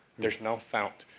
there's none found.